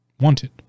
wanted